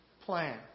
plan